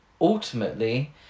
ultimately